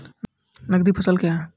नगदी फसल क्या हैं?